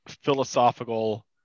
philosophical